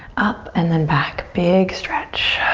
up and then back. big stretch.